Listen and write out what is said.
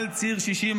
-- על ציר 60,